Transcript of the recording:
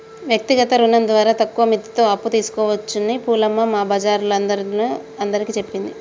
వ్యక్తిగత రుణం ద్వారా తక్కువ మిత్తితో అప్పు తీసుకోవచ్చని పూలమ్మ మా బజారోల్లందరిని అందరికీ చెప్పింది